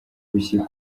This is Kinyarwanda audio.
gushika